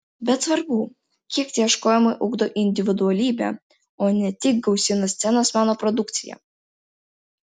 bet svarbu kiek tie ieškojimai ugdo individualybę o ne tik gausina scenos meno produkciją